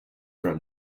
from